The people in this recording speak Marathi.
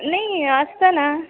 नाही असतं ना